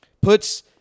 Puts